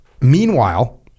Meanwhile